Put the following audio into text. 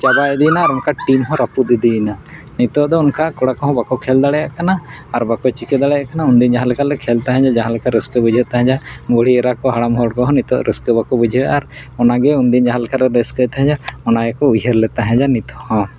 ᱪᱟᱵᱟ ᱤᱫᱤᱭᱮᱱᱟ ᱟᱨ ᱚᱱᱠᱟ ᱴᱤᱢ ᱦᱚᱸ ᱨᱟᱹᱯᱩᱫ ᱤᱫᱤᱭᱮᱱᱟ ᱱᱤᱛᱚᱜ ᱫᱚ ᱚᱱᱠᱟ ᱠᱚᱲᱟ ᱠᱚᱦᱚᱸ ᱵᱟᱠᱚ ᱠᱷᱮᱞ ᱫᱟᱲᱮᱭᱟᱜ ᱠᱟᱱᱟ ᱟᱨ ᱵᱟᱠᱚ ᱪᱤᱠᱟᱹ ᱫᱟᱲᱮᱭᱟᱜ ᱠᱟᱱᱟ ᱩᱱᱫᱤᱱ ᱡᱟᱦᱟᱸ ᱞᱮᱠᱟᱞᱮ ᱠᱷᱮᱞ ᱛᱟᱦᱮᱸᱫᱼᱟ ᱡᱟᱦᱟᱸ ᱞᱮᱠᱟ ᱨᱟᱹᱥᱠᱟᱹ ᱵᱩᱡᱷᱟᱹᱜ ᱛᱟᱦᱮᱸᱫᱼᱟ ᱵᱩᱲᱦᱤ ᱮᱨᱟ ᱠᱚ ᱦᱟᱲᱟᱢ ᱦᱚᱲ ᱠᱚᱦᱚᱸ ᱱᱤᱛᱚᱜ ᱨᱟᱹᱥᱠᱟᱹ ᱵᱟᱠᱚ ᱵᱩᱡᱷᱟᱹᱣᱭᱮᱫᱼᱟ ᱟᱨ ᱚᱱᱟᱜᱮ ᱩᱱᱫᱤᱱ ᱡᱟᱦᱟᱸ ᱞᱮᱠᱟᱞᱮ ᱨᱟᱹᱥᱠᱟᱹᱭ ᱛᱟᱦᱮᱸᱫᱼᱟ ᱚᱱᱟᱜᱮᱠᱚ ᱩᱭᱦᱟᱹᱨᱞᱮ ᱛᱟᱦᱮᱸᱫᱼᱟ ᱱᱤᱛᱚ ᱦᱚᱸ